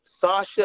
Sasha